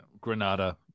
Granada